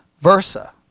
versa